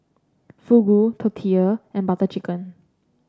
Fugu Tortilla and Butter Chicken